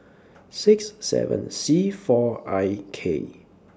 six seven C four I K